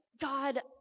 God